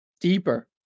deeper